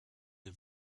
des